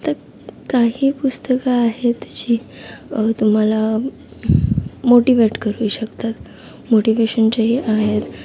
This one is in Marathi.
तर काही पुस्तकं आहेत तशी तुम्हाला मोटिवेट करू शकतात मोटिव्हेशनच्या ही आहेत